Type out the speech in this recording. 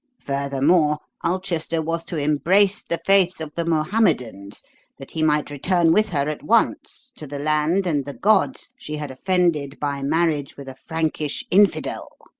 furthermore, ulchester was to embrace the faith of the mohammedans that he might return with her at once to the land and the gods she had offended by marriage with a frankish infidel.